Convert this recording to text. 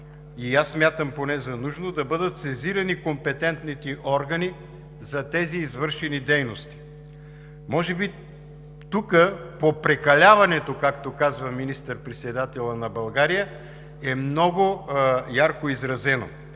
и аз смятам поне за нужно, да бъдат сезирани компетентните органи за тези извършени дейности. Може би тук попрекаляването, както казва министър-председателят на България, е много ярко изразено.